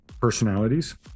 personalities